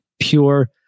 pure